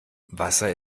wasser